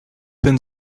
bin